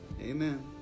Amen